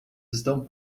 estão